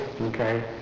Okay